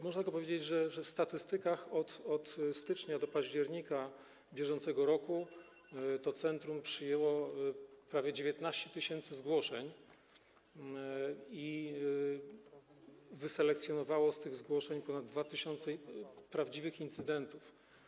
Można tylko powiedzieć, że w statystykach od stycznia do października br. to centrum przyjęło prawie 19 tys. zgłoszeń i wyselekcjonowało z tych zgłoszeń ponad 2 tys. prawdziwych incydentów.